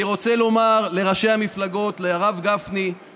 אני רוצה לומר לראשי המפלגות, לרב גפני,